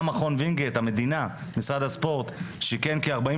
גם מכון וינגייט, המדינה, משרד הספורט שיכן כ-45